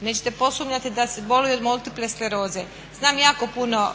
nećete posumnjati da boluje od multiple skleroze. Znam jako puno